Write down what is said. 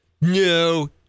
No